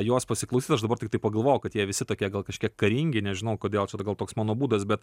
juos pasiklausyt aš dabar tiktai pagalvojau kad jie visi tokie gal kažkiek karingi nežinau kodėl čia gal toks mano būdas bet